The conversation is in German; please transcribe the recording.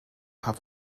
paar